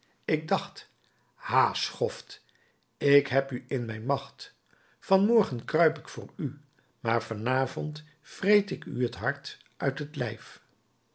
ik dacht ha schoft ik heb u in mijn macht van morgen kruip ik voor u maar van avond vreet ik u het hart uit het lijf